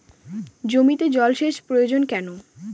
জমিতে জল সেচ প্রয়োজন কেন?